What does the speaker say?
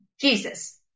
Jesus